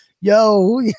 Yo